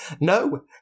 no